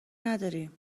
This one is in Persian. نداریم